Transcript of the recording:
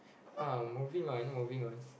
uh moving on moving on